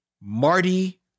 Marty